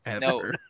No